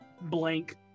blank